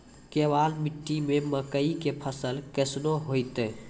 केवाल मिट्टी मे मकई के फ़सल कैसनौ होईतै?